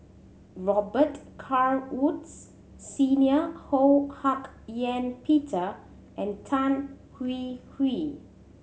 Robet Carr Woods Senior Ho Hak Ean Peter and Tan Hwee Hwee